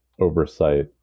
oversight